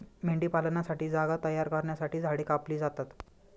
मेंढीपालनासाठी जागा तयार करण्यासाठी झाडे कापली जातात